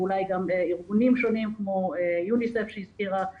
ואולי גם ארגונים שונים כמו יוניסף שהזכירה חוה,